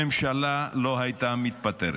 הממשלה לא הייתה מתפטרת.